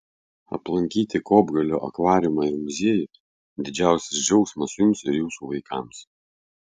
aplankyti kopgalio akvariumą ir muziejų didžiausias džiaugsmas jums ir jūsų vaikams